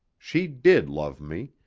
she did love me,